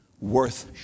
Worth